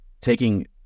taking